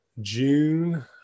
June